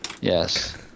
Yes